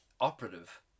operative